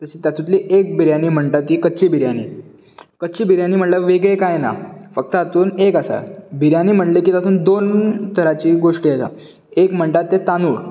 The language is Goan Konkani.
तातूंतली एक बिर्याणी म्हणटा ती कच्ची बिर्याणी कच्ची बिर्याणी म्हणल्यार वेगळें कांय ना फक्त हातूंत एक आसा बिर्याणी म्हणजें की तातूंत दोन तरांची गोश्ट येता एक म्हणटात ते तांदूळ